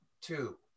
two